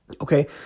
Okay